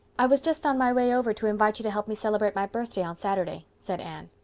i was just on my way over to invite you to help me celebrate my birthday on saturday, said anne.